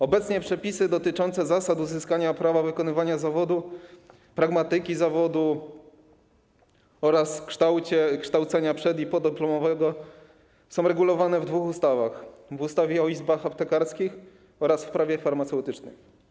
Obecnie przepisy dotyczące zasad uzyskania prawa wykonywania zawodu, pragmatyki zawodu oraz kształcenia przed- i podyplomowego są uregulowane w dwóch ustawach: w ustawie o izbach aptekarskich oraz w Prawie farmaceutycznym.